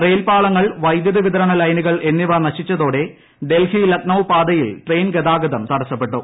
rail പാളങ്ങൾ വൈദ്യുത വിതരണ ലൈനുകൾ എന്നിവ നശിച്ചതോടെ ഡൽഹി ലക്നൌ പാതയിൽ ട്രെയിൻ ഗതാഗതം തടസ്സപ്പെട്ടു